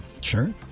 Sure